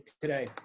today